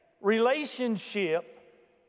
relationship